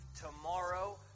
tomorrow